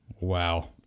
Wow